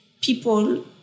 people